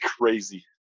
crazy